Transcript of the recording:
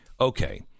Okay